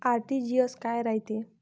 RTGS काय रायते?